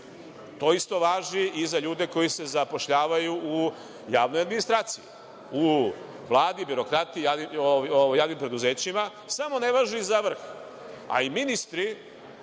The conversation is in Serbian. To isto važi i za ljude koji se zapošljavaju u javnoj administraciji. U Vladi, birokratiji, javnim preduzećima, samo ne važi za vrh, a i ministri